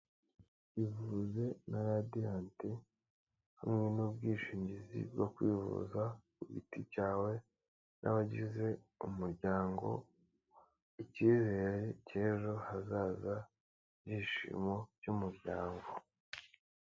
Ivuze na radiyantI hamwe n'ubwishingizi bwo kwivuza ku giti cyawe n'abagize umuryango icyizere cy'ejo hazaza ibyishimo by'umuryango.